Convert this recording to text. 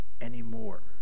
anymore